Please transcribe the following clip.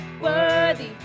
worthy